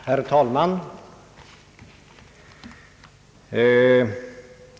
Herr talman!